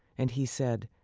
and he said,